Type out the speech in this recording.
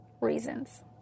reasons